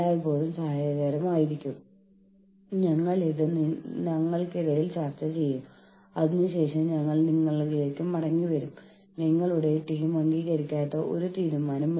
ആ സമയത്താണ് ഒരു സംഘടന യൂണിയനുകളെ മൊത്തത്തിൽ ഒഴിവാക്കാൻ തീരുമാനിക്കുന്നത്